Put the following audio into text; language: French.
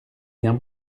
bien